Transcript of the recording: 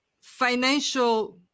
financial